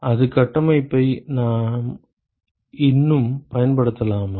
அதே கட்டமைப்பை நாம் இன்னும் பயன்படுத்தலாமா